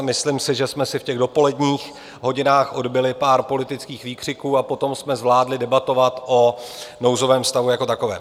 Myslím si, že jsme si v těch dopoledních hodinách odbyli pár politických výkřiků a potom jsme zvládli debatovat o nouzovém stavu jako takovém.